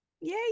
Yay